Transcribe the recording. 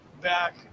back